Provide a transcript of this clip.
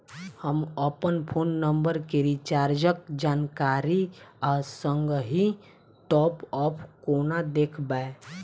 हम अप्पन phone number केँ रिचार्जक जानकारी आ संगहि टॉप अप कोना देखबै?